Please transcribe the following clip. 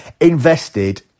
invested